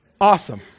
awesome